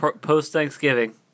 Post-Thanksgiving